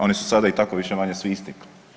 Oni su sada i tako više-manje svi isti.